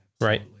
Right